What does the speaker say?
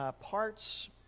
parts